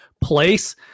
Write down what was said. place